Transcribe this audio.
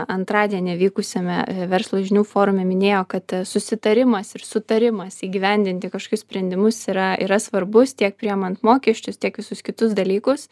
antradienį vykusiame verslo žinių forume minėjo kad susitarimas ir sutarimas įgyvendinti kažkokius sprendimus yra yra svarbus tiek priimant mokesčius tiek visus kitus dalykus